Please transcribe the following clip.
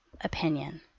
opinion